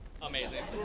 Amazing